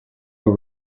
were